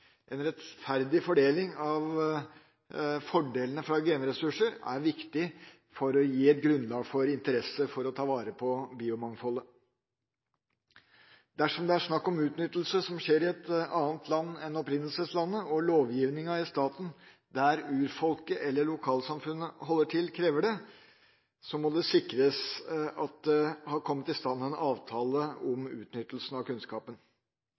Rettferdig fordeling av fordelene fra genressurser er viktig for å gi et grunnlag for interesse for å ta vare på biomangfoldet. Dersom det er snakk om utnyttelse som skjer i et annet land enn opprinnelseslandet, og lovgivninga i staten der urfolket eller lokalsamfunnet holder til, krever det, må det sikres at det kommer i stand en avtale om utnyttelsen av kunnskapen.